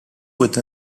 with